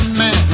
man